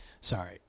Sorry